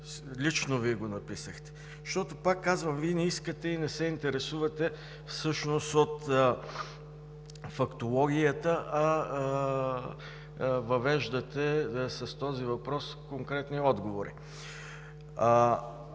Лично Вие го написахте. Защото, пак казвам, Вие не искате и не се интересувате всъщност от фактологията, а с този въпрос въвеждате конкретни отговори.